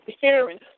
hearing